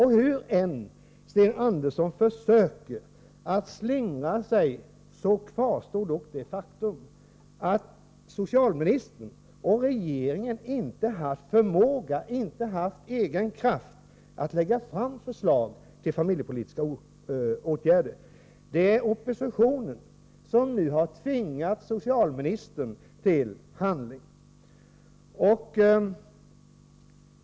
Hur än Sten Andersson försöker att slingra sig kvarstår dock det faktum att socialministern och regeringen inte haft förmåga, inte haft egen kraft, att lägga fram förslag till familjepolitiska åtgärder. Det är oppositionspartierna som nu har tvingat socialministern till handling.